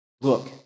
look